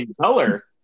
color